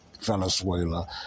Venezuela